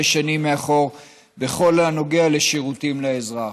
שנים מאחור בכל הנוגע לשירותים לאזרח.